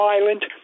violent